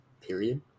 period